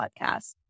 podcast